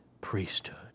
priesthood